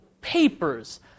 papers